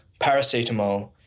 paracetamol